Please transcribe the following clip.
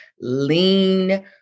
lean